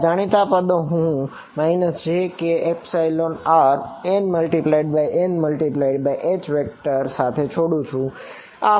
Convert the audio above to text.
આ જાણીતા પદો છે અને હું jkrn×n×H સાથે છોડું છું